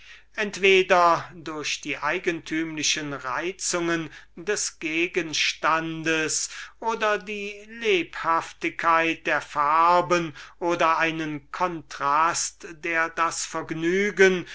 entweder durch die eigentümliche reizungen des gegenstandes oder die lebhaftigkeit der farben oder einen kontrast der das vergnügen